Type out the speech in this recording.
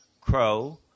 Crow